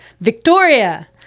Victoria